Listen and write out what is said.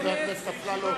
חבר הכנסת אפללו.